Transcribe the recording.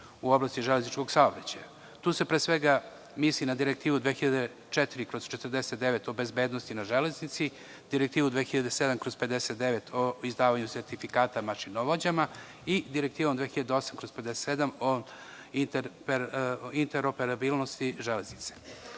u oblasti železničkog saobraćaja. Tu se pre svega misli na Direktivu 2004/49 o bezbednosti na železnici, Direktivu 2007/59 o izdavanju sertifikata mašinovođa i Direktivom 2008/57 o interoperabilnosti železnice.